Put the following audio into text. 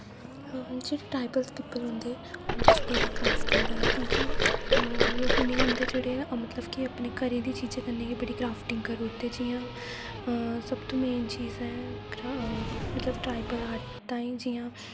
हम जेह्ड़े diverse people होंदे उंदे च बड़ा क्राफ्ट होंदा ऐ ते क्यूंकी ओह् नेह् होंदे मतलब जेह्ड़े आपने घरै दिये चीजें कन्नै गै क्राफ्टिंग करूी ओड़दे हून जियां सब तो में चीज मतलब ट्राइबल आर्ट ताई जियां